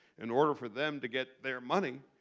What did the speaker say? in order for them to get their money,